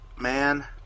Man